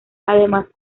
además